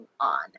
on